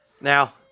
Now